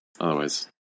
otherwise